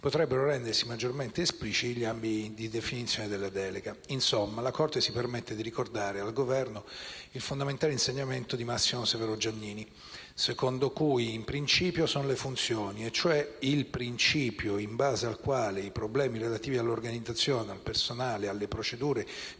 potrebbero rendersi maggiormente espliciti gli ambiti di definizione della delega». Insomma, la Corte si permette di ricordare al Governo il fondamentale insegnamento di Massimo Severo Giannini, secondo cui «in principio sono le funzioni», e cioè il principio in base al quale i problemi relativi all'organizzazione, al personale, alle procedure